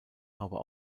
aber